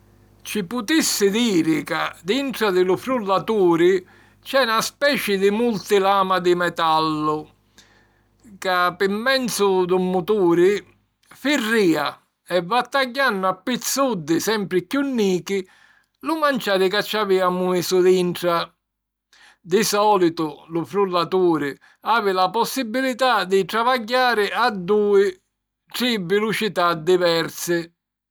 Ci putissi diri ca dintra di lu frullaturi c'è na speci di multilama di metallu ca, pi menzu d'un muturi, firrìa e va tagghiannu a pizzuddi sempri chiù nichi lu manciari ca ci avìamu misu dintra. Di sòlitu lu frullaturi havi la possibilità di travagghiari a dui, tri vilucità diversi.